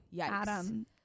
Adam